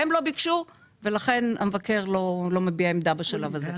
הם לא ביקשו ולכן המבקר לא מביע עמדה בשלב הזה.